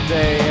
day